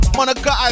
Monica